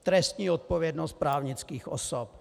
Trestní odpovědnost právnických osob.